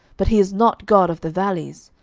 but he is not god of the valleys,